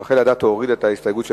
רחל אדטו הורידה את ההסתייגות שלה,